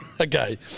Okay